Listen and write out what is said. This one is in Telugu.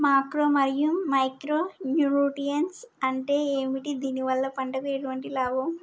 మాక్రో మరియు మైక్రో న్యూట్రియన్స్ అంటే ఏమిటి? దీనివల్ల పంటకు ఎటువంటి లాభం?